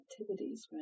activities